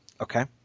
Okay